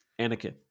Anakin